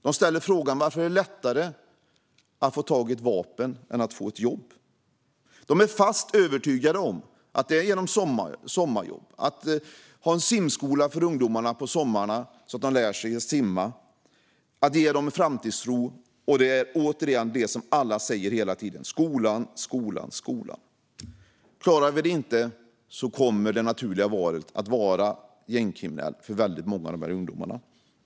De ställer frågan varför det är lättare att få tag i ett vapen än att få ett jobb. De är fast övertygade om att det handlar om sommarjobb, om att ha simskola för ungdomarna på somrarna så att de lär sig simma och om att ge dem framtidstro. Återigen handlar det om det som alla säger hela tiden: skolan, skolan, skolan. Klarar vi inte detta kommer det naturliga valet att vara gängkriminell för väldigt många av de här ungdomarna.